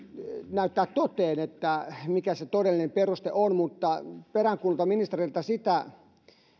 näyttää toteen mikä se todellinen peruste on mutta peräänkuulutan ministeriltä